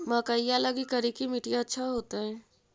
मकईया लगी करिकी मिट्टियां अच्छा होतई